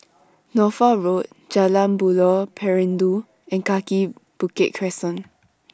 Norfolk Road Jalan Buloh Perindu and Kaki Bukit Crescent